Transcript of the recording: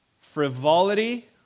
Frivolity